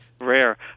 rare